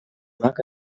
mag